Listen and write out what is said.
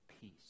peace